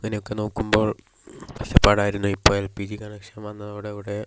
അങ്ങനെയൊക്കെ നോക്കുമ്പോൾ കഷ്ടപ്പാടായിരുന്നു ഇപ്പോൾ എൽ പി ജി കണക്ഷൻ വന്നതോട് കൂടെ